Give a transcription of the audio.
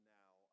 now